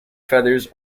feathers